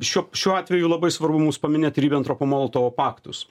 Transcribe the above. šiuo šiuo atveju labai svarbu mums paminėti ribentropo molotovo paktus